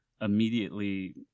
immediately